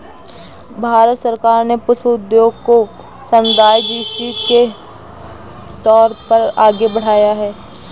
भारत सरकार ने पुष्प उद्योग को सनराइज इंडस्ट्री के तौर पर आगे बढ़ाया है